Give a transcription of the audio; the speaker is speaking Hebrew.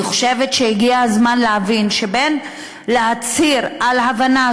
אני חושבת שהגיע הזמן להבין שבין להצהיר על הבנה